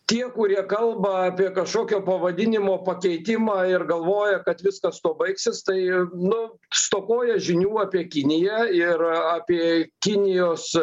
tie kurie kalba apie kažkokio pavadinimo pakeitimą ir galvoja kad viskas tuo baigsis tai nu stokoja žinių apie kiniją ir apie kinijos